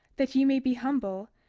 that ye may be humble,